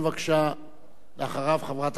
חבר הכנסת בן-סימון, בבקשה.